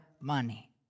money